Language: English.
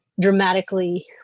dramatically